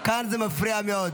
כאן זה מפריע מאוד.